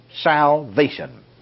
salvation